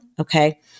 Okay